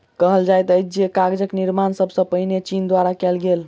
कहल जाइत अछि जे कागजक निर्माण सब सॅ पहिने चीन द्वारा कयल गेल